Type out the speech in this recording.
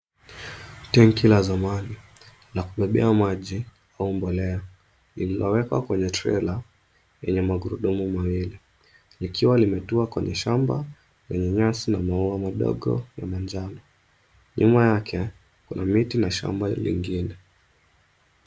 Tenki la zamani la kubebea maji au mbolea lililowekwa kwenye trela yenye magurudumu mawili likiwa limetua kwenye shamba lenye nyasi na maua madogo ya manjano. Nyuma yake kuna miti na shamba lingine.